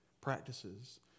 practices